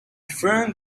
friend